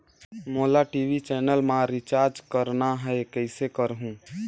मोला TV channel मा recharge करना हे, कइसे करहुँ?